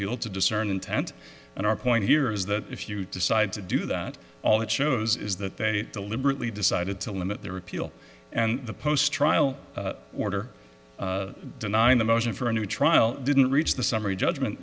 appeal to discern intent and our point here is that if you decide to do that all that shows is that they deliberately decided to limit their appeal and the post trial order denying the motion for a new trial didn't reach the summary judgment